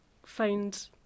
Find